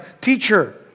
Teacher